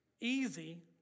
easy